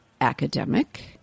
academic